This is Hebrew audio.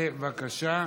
בבקשה,